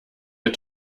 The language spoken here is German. der